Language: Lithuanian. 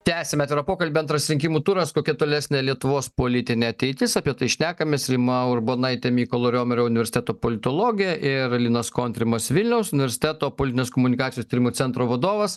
tęsiame atvirą pokalbį antras rinkimų turas kokia tolesnė lietuvos politinė ateitis apie tai šnekamės rima urbonaitė mykolo riomerio universiteto politologė ir linas kontrimas vilniaus universiteto politinės komunikacijos tyrimų centro vadovas